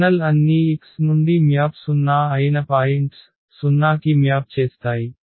kernel అన్నీ X నుండి map 0 అయిన పాయింట్స్ 0 కి మ్యాప్ చేస్తాయి